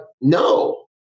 no